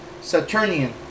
Saturnian